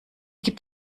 gibt